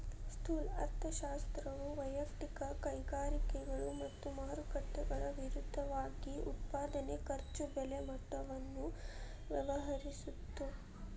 ಸ್ಥೂಲ ಅರ್ಥಶಾಸ್ತ್ರವು ವಯಕ್ತಿಕ ಕೈಗಾರಿಕೆಗಳು ಮತ್ತ ಮಾರುಕಟ್ಟೆಗಳ ವಿರುದ್ಧವಾಗಿ ಉತ್ಪಾದನೆ ಖರ್ಚು ಬೆಲೆ ಮಟ್ಟವನ್ನ ವ್ಯವಹರಿಸುತ್ತ